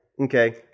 Okay